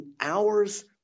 hours